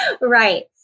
Right